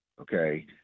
okay